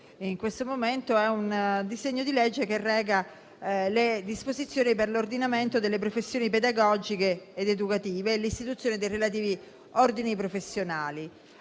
di legge che ci accingiamo a votare reca le disposizioni per l'ordinamento delle professioni pedagogiche ed educative e l'istituzione dei relativi ordini professionali.